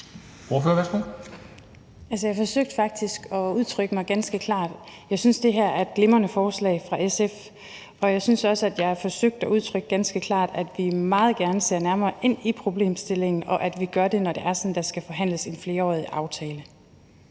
jeg forsøgte faktisk at udtrykke mig ganske klart. Jeg synes, det her er et glimrende forslag fra SF, og jeg synes også, at jeg forsøgte at udtrykke ganske klart, at vi meget gerne ser nærmere ind i problemstillingen, og at vi gør det, når det er sådan, at der skal forhandles en flerårig aftale,